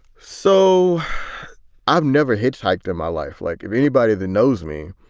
so i've never hitchhiked in my life, like if anybody that knows me,